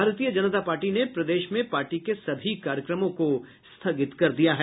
भारतीय जनता पार्टी ने प्रदेश में पार्टी के सभी कार्यक्रमों को स्थगित कर दिया है